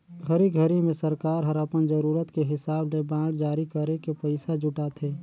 घरी घरी मे सरकार हर अपन जरूरत के हिसाब ले बांड जारी करके पइसा जुटाथे